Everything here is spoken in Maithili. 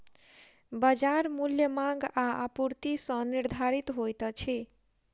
बजार मूल्य मांग आ आपूर्ति सॅ निर्धारित होइत अछि